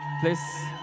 please